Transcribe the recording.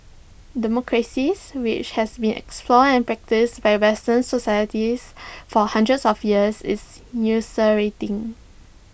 democracy which has been explored and practised by western societies for hundreds of years is ulcerating